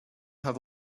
have